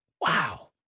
Wow